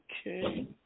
okay